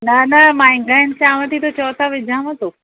न न महांगा आहिनि चवां थी त चओ था विझांव थो